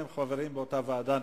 אתם חברים באותה ועדה.